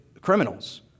criminals